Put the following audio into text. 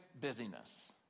busyness